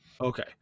Okay